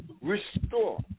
restore